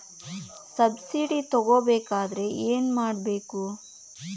Subsidy ತಗೊಬೇಕಾದರೆ ಏನು ಮಾಡಬೇಕು?